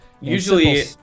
Usually